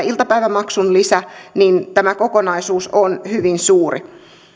iltapäivämaksun lisä niin tämä kokonaisuus on hyvin suuri